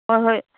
ꯍꯣꯏ ꯍꯣꯏ